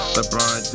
LeBron